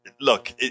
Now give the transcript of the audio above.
Look